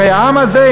הרי העם הזה,